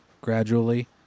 gradually